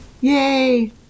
yay